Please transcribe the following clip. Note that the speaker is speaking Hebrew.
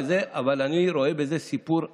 אבל אני רואה בזה סיפור הצלחה,